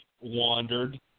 wandered